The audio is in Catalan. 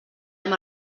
hem